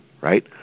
right